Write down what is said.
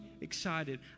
excited